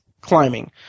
climbing